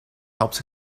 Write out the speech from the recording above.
helps